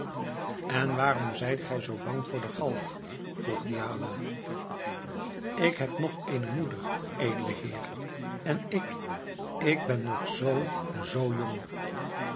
en waarom zijt gij zoo bang voor de galg vroeg diala ik heb nog eene moeder edele heer en ik ik ben nog zoo zoo jong als